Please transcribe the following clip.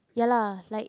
ya lah like